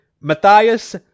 Matthias